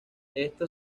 esto